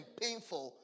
painful